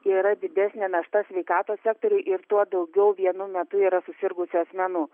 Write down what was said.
yra didesnė našta sveikatos sektoriui ir tuo daugiau vienu metu yra susirgusių asmenų